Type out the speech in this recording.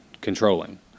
controlling